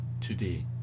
today